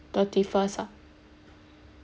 thirty first ah